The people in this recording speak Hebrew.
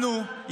אנחנו,